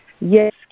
yes